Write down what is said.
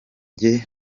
jye